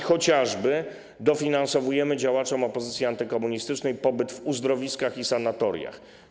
Chociażby dofinansowujemy działaczom opozycji antykomunistycznej pobyt w uzdrowiskach i sanatoriach.